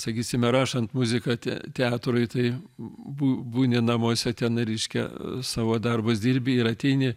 sakysime rašant muziką te teatrui tai bū būni namuose tenai reiškia savo darbus dirbi ir ateini